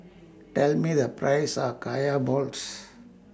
Tell Me The Price of Kaya Balls